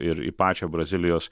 ir į pačią brazilijos